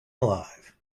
alive